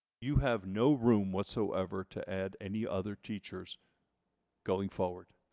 you have no room whatsoever to add any other teachers going forward.